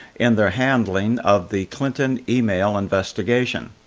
in their handling of the clinton email investigation.